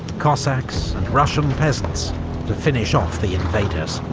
cossacks and russian peasants to finish off the invaders.